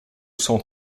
son